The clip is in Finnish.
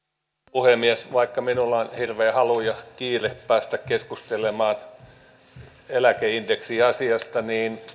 puhemies vaikka minulla on hirveä halu ja kiire päästä keskustelemaan eläkeindeksiasiasta